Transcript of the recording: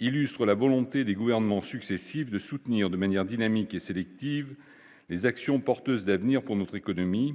illustre la volonté des gouvernements successifs, de soutenir de manière dynamique et sélective, les actions porteuses d'avenir pour notre économie,